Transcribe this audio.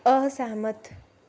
असैह्मत